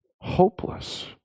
hopeless